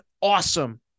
awesome